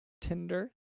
Tinder